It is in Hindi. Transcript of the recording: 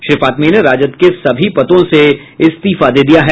श्री फातमी ने राजद के सभी पदों से इस्तीफा दे दिया है